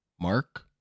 mark